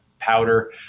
powder